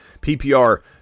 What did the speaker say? PPR